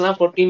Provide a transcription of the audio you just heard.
14